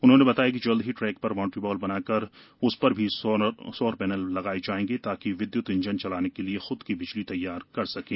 उन्होंने बताया कि जल्द ही ट्रैक पर बाउंड्रीवॉल बनाकर उस पर भी सौर पैनल लगाएंगे ताकि विद्युत इंजन चलाने के लिए खुद की बिजली तैयार कर सकें